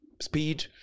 speed